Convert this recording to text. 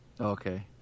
Okay